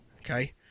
Okay